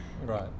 right